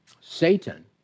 Satan